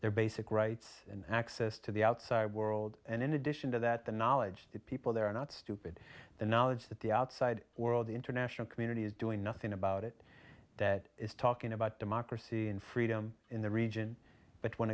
their basic rights and access to the outside world and in addition to that the knowledge that people there are not stupid the knowledge that the outside world the international community is doing nothing about it that is talking about democracy and freedom in the region but when